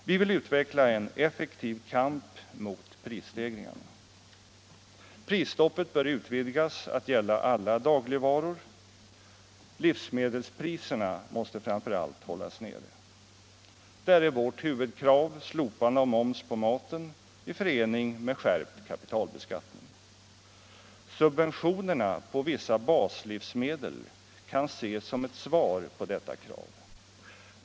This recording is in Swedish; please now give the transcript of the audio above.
Vi vill utveckla en effektiv kamp mot prisstegringarna. Prisstoppet bör utvidgas att gälla alla dagligvaror. Livsmedelspriserna måste framför allt hållas nere. Där är vårt huvudkrav slopande av moms på maten i förening med skärpt kapitalbeskattning. Subventionerna på vissa baslivsmedel kan ses som ett svar på detta krav.